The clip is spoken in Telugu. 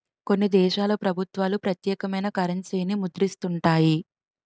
కొన్ని దేశాల ప్రభుత్వాలు ప్రత్యేకమైన కరెన్సీని ముద్రిస్తుంటాయి